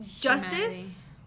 justice